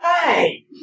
Hey